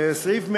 סעיף 144,